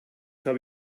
habe